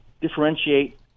differentiate